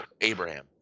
abraham